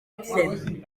absent